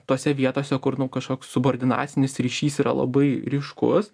tose vietose kur nu kažkoks subordinacinis ryšys yra labai ryškus